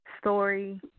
story